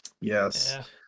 Yes